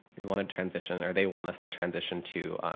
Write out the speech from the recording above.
we want to transition or they want us to transition to